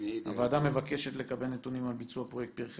הוועדה מבקשת לקבל נתונים על ביצוע פרויקט "פרחי